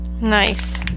Nice